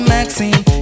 Maxine